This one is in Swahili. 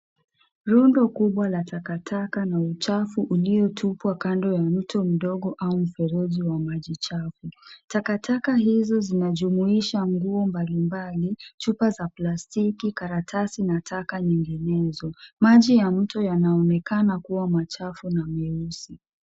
Rundo kubwa la takataka na uchafu uliotupwa kando ya mto mdogo au mfereji wa maji chafu. Takataka hizo zinajumuisha nguo mbalimbali, chupa za plastiki, karatasi na taka nyinginezo. Maji ya mto yanaonekana kuwa machafu na meusi.